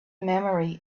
memory